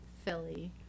Philly